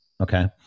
okay